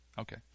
Okay